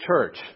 church